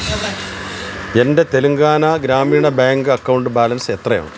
എന്റെ Telangana Grameena bank account ബാലൻസെത്രയാണ്